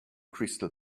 crystal